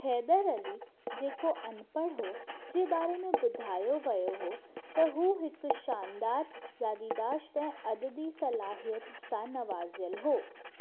हैदर अली जेको अनपढ़ हुओ जे बारे में ॿुधायो वियो हुओ त उहो हिकु शानदारु यादिदाश्त ऐं अददी सलाहियत सां नवाज़ियलु हुओ